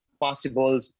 possible